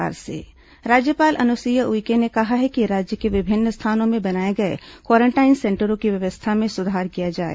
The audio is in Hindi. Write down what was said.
राज्यपाल बैठक राज्यपाल अनुसुईया उइके ने कहा है कि राज्य के विभिन्न स्थानों में बनाए गए क्वारेंटाइन सेंटरों की व्यवस्था में सुधार किया जाए